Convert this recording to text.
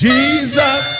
Jesus